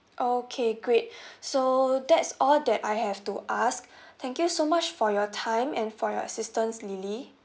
okay great so that's all that I have to ask thank you so much for your time and for your assistance lily